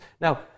Now